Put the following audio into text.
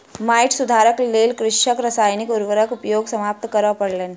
माइट सुधारक लेल कृषकक रासायनिक उर्वरक उपयोग समाप्त करअ पड़लैन